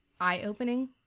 eye-opening